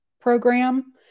program